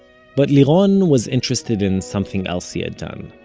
but liron was interested in something else he had done.